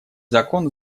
закон